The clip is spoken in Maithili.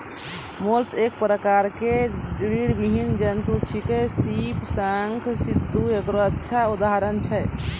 मोलस्क एक प्रकार के रीड़विहीन जंतु छेकै, सीप, शंख, सित्तु एकरो अच्छा उदाहरण छै